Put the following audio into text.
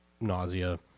nausea